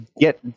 get